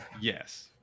yes